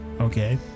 Okay